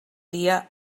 dia